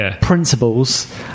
Principles